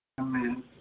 Amen